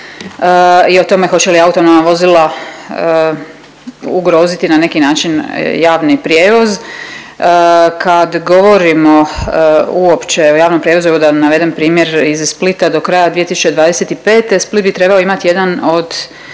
i o tome hoće li autonomna vozila ugroziti na neki način javni prijevoz. Kad govorimo uopće o javnom prijevozu, evo da navedem primjer iz Splita do kraja 2025., Split bi trebao imati jedan od